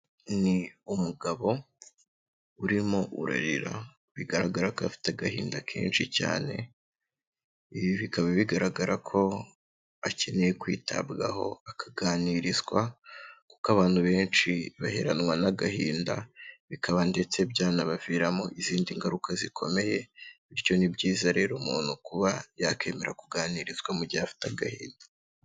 Ni umugabo urimo ararira, bigaragara ko afite agahinda kenshi cyane. Ibi bikaba bigaragara ko akeneye kwitabwaho akaganirizwa, kuko abantu benshi baheranwa n'agahinda bikaba ndetse byanabaviramo izindi ngaruka zikomeye. Bityo ni byiza rero umuntu kuba yakwemera kuganirizwa mu gihe afite agahinda.